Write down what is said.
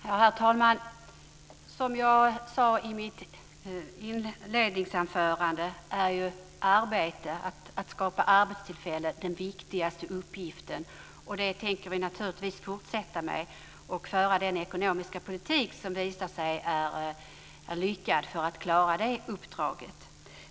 Herr talman! Som jag sade i mitt inledningsanförande är ju arbetet att skapa arbetstillfällen den viktigaste uppgiften, och det tänker vi naturligtvis fortsätta med. Vi tänker också fortsätta att föra den ekonomiska politik som visat sig lyckad för att klara det uppdraget.